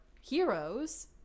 heroes